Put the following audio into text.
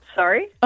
Sorry